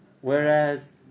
Whereas